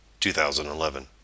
2011